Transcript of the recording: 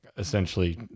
Essentially